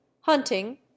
hunting